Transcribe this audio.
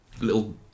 little